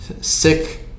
sick